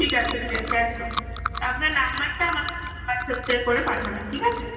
ঠিক আছে ঠিক আছে একদম আপনার নাম্বারটা আমাকে হোয়াটস অ্যাপ থেকে করে পাঠাবেন ঠিক আছে